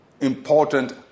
important